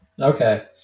Okay